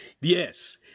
Yes